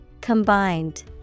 Combined